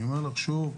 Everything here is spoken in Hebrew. אני אומר לך שוב,